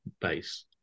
base